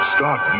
Start